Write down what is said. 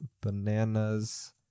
bananas